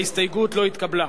ההסתייגות לא התקבלה.